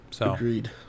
agreed